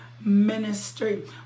ministry